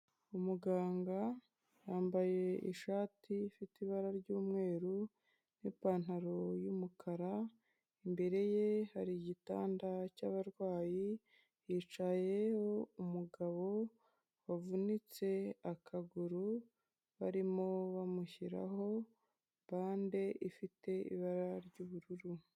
Umuganga yambaye ishati ifite ibara ry'umweru n'ipantaro y'umukara, imbere ye hari igitanda cy'abarwayi hicayeho umugabo wavunitse akaguru, barimo bamushyiraho bande ifite ibara ry'ubururu.